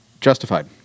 Justified